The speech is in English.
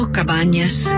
Cabañas